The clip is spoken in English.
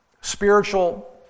spiritual